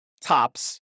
tops